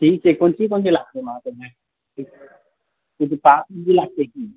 ठीक छै कोन चीज कोन चीज लागते डॉक्युमेन्टमे ठीक ठीक पासबुक भी लागते कि